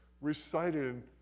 recited